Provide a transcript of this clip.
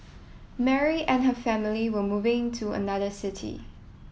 Mary and her family were moving to another city